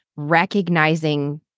recognizing